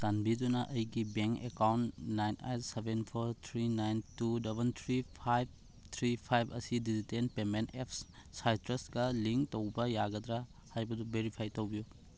ꯆꯥꯟꯕꯤꯗꯨꯅ ꯑꯩꯒꯤ bank account nine eight seven four three nine two double three five three five ꯑꯁꯤ digital payment apps ꯁꯥꯏꯇ꯭ꯔꯁꯀꯥ ꯂꯤꯡ ꯇꯧꯕ ꯌꯥꯒꯗ꯭ꯔꯥ ꯍꯥꯏꯕꯗꯨ ꯕꯦꯔꯤꯐꯥꯏ ꯇꯧꯕꯤꯎ